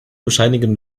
bescheinigen